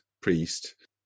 priest